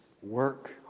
Work